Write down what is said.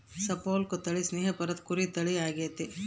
Suffolk ತಳಿ ಸ್ನೇಹಪರ ಕುರಿ ತಳಿ ಆಗೆತೆ